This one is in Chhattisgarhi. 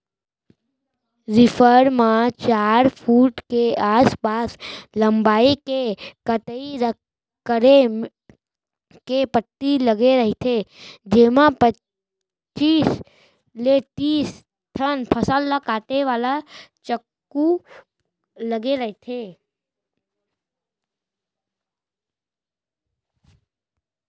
रीपर म चार फूट के आसपास लंबई के कटई करे के पट्टी लगे रहिथे जेमा पचीस ले तिस ठन फसल ल काटे वाला चाकू लगे रहिथे